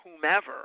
whomever